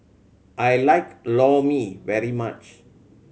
I like Lor Mee very much